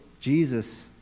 Jesus